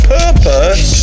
purpose